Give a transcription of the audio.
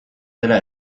dela